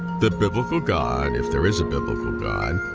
the biblical god, if there is a biblical god,